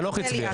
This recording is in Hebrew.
חנוך הצביע.